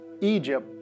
Egypt